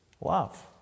love